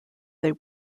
they